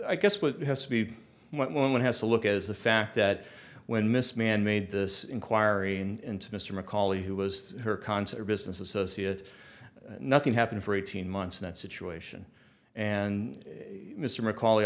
i guess what has to be what one has to look at is the fact that when miss man made this inquiring into mr mccauley who was her concert business associate nothing happened for eighteen months in that situation and mr mccaul